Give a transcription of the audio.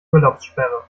urlaubssperre